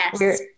Yes